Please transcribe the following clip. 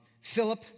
Philip